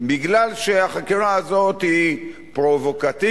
בגלל שהחקירה הזאת היא פרובוקטיבית,